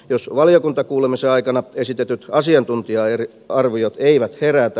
jos valiokuntakuulemisen aikana esitetyt asiantuntija arviot eivät herätä